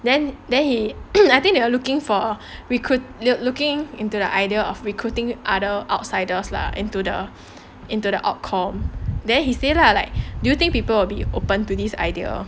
then then he I think they were looking for recruit look looking into the idea of recruiting other outsiders lah into the into the out com then he say lah like do you think people will be open to this idea